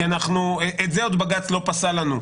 כי את זה עוד בג"ץ לא פסל לנו,